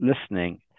listening